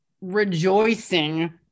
rejoicing